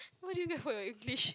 what do you get for your English